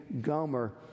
Gomer